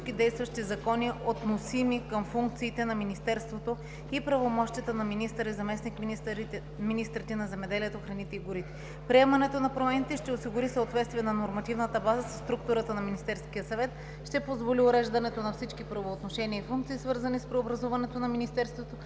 действащи закони, относими към функциите на министерството и правомощията на министъра и заместник-министрите на земеделието, храните и горите. Приемането на промените ще осигури съответствие на нормативната база със структурата на Министерския съвет, ще позволи уреждането на всички правоотношения и функции, свързани с преобразуването на министерството